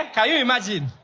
can you imagine?